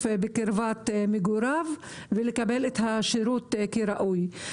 בקרבת מגוריו ושיוכל לקבל את השירות כראוי.